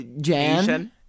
Jan